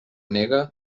nega